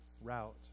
route